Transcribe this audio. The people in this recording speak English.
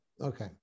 Okay